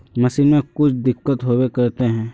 Machine में कुछ दिक्कत होबे करते है?